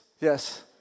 Yes